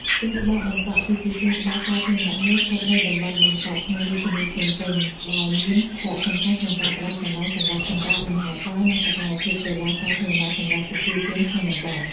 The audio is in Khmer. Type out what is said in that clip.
សួនច្បារបឹងកក់ គឺជាសួនច្បារសាធារណៈមួយស្ថិតនៅតំបន់បឹងកក់ ក្នុងរាជធានីភ្នំពេញ ដែលមានសារៈសំខាន់ក្នុងការផ្តល់កន្លែងសម្រាប់សម្រាក លំហែកាយ និងសកម្មភាពកីឡាសាធារណៈសម្រាប់ប្រជាជនក្នុងតំបន់។